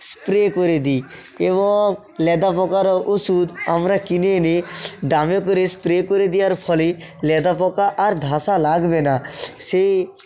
spray করে দিই এবং লেদা পোকারও ওষুধ আমরা কিনে এনে ড্রামে করে স্প্রে করে দেওয়ার ফলে লেদা পোকা আর ধসা লাগবে না সে